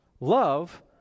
Love